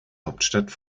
hauptstadt